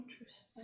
Interesting